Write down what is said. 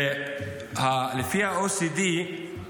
לפי ה-OECD,